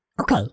Okay